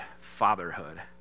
fatherhood